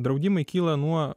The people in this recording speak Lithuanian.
draudimai kyla nuo